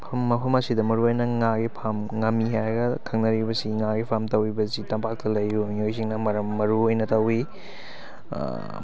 ꯃꯐꯝ ꯑꯁꯤꯗ ꯃꯔꯨꯑꯣꯏꯅ ꯉꯥꯒꯤ ꯐꯥꯝ ꯉꯥꯃꯤ ꯍꯥꯏꯔꯒ ꯈꯪꯅꯔꯤꯕꯁꯤ ꯉꯥꯒꯤ ꯐꯥꯝ ꯇꯧꯔꯤꯕꯁꯤ ꯇꯝꯄꯥꯛꯇ ꯂꯩꯔꯤꯕ ꯃꯤꯑꯣꯏꯁꯤꯡꯅ ꯃꯔꯨꯑꯣꯏꯅ ꯇꯧꯋꯤ